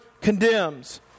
condemns